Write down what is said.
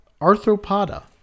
Arthropoda